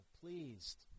pleased